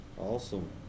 Awesome